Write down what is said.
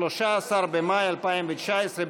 13 במאי 2019,